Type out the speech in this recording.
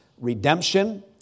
redemption